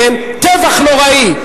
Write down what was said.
טבח נוראי,